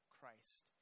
Christ